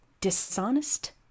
dishonest